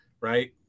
right